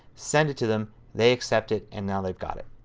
send it to them, they accept it, and now they've got it.